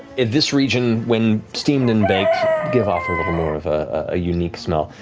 in this region, when steamed and baked, give off a little more of ah a unique smell.